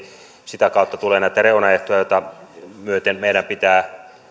sitä kautta tulee näitä reunaehtoja joita myöten meidän pitää